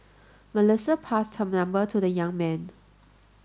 Melissa passed her number to the young man